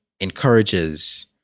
encourages